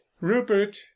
rupert